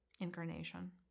incarnation